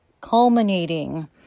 culminating